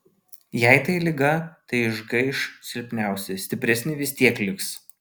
jei tai liga tai išgaiš silpniausi stipresni vis tiek liks